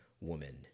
woman